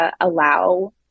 allow